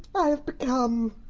ah have become